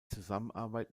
zusammenarbeit